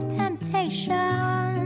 temptation